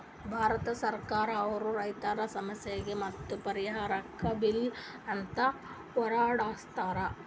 ಭಾರತ್ ಸರ್ಕಾರ್ ದವ್ರು ರೈತರ್ ಸಮಸ್ಯೆಗ್ ಮತ್ತ್ ಪರಿಹಾರಕ್ಕ್ ಬಿಲ್ ಅಂತ್ ಹೊರಡಸ್ತಾರ್